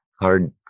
hard